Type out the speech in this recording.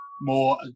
more